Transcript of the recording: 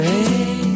Hey